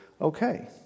okay